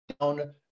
down